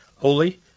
holy